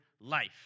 life